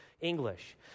English